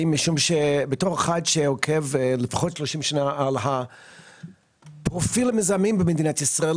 בתור אחד שעוקב לפחות 30 שנה על פרופיל המזהמים במדינת ישראל,